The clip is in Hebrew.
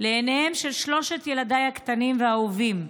לעיניהם של שלושת ילדיי הקטנים והאהובים,